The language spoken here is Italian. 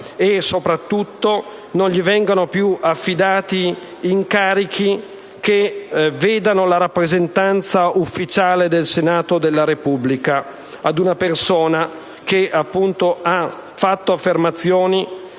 e, soprattutto, non vengano più affidati incarichi che vedano la rappresentanza ufficiale del Senato della Repubblica ad una persona che ha fatto affermazioni